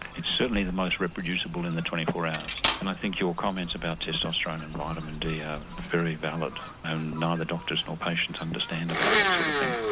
it's certainly the most reproducible in the twenty four hours and i think your comments about testosterone and vitamin d are very valid and neither doctors nor patients understand about that sort of thing.